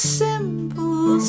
simple